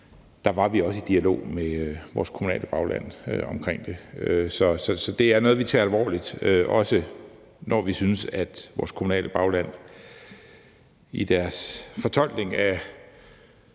var vi også i dialog med vores kommunale bagland omkring det. Så det er noget, vi tager alvorligt, også når vi synes, at vores kommunale bagland i deres fortolkning af